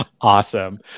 Awesome